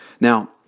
Now